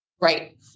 Right